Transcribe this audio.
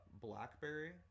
blackberry